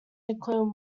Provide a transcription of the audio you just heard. including